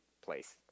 place